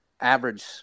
average